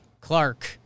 Clark